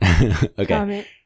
Okay